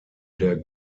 der